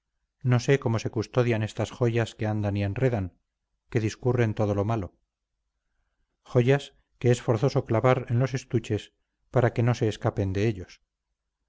no sé cómo se custodian estas joyas que andan y enredan que discurren todo lo malo joyas que es forzoso clavar en los estuches para que no se escapen de ellos